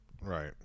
Right